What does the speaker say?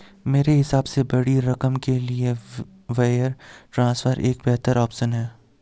मेरे हिसाब से बड़ी रकम के लिए वायर ट्रांसफर एक बेहतर ऑप्शन है